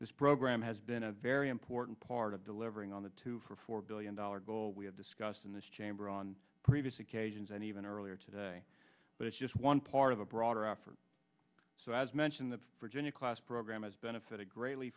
this program has been a very important part of delivering on the two for four billion dollars goal we have discussed in this chamber on previous occasions and even earlier today but it's just one part of a broader effort so as mentioned the virginia class program has benefited greatly